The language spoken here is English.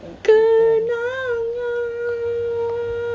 kenangan